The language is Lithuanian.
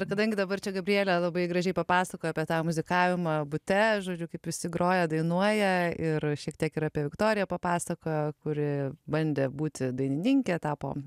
ir kadangi dabar čia gabrielė labai gražiai papasakojo apie tą muzikavimą bute žodžiu kaip visi groja dainuoja ir šiek tiek yra apie viktoriją papasakojo kuri bandė būti dainininkė tapo